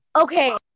Okay